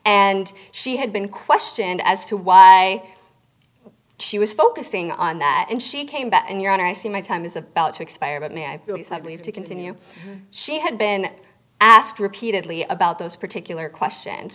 and she had been questioned as to why she was focusing on that and she came back and your honor i see my time is about to expire but now i believe that we have to continue she had been asked repeatedly about those particular question